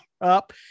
up